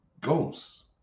ghosts